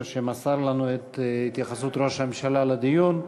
שמסר לנו את התייחסות ראש הממשלה לדיון.